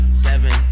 Seven